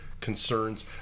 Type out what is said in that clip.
concerns